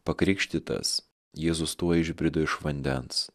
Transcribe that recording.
pakrikštytas jėzus tuoj išbrido iš vandens